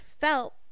felt